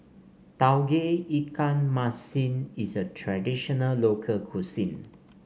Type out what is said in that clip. Tauge Ikan Masin is a traditional local cuisine